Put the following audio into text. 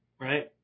Right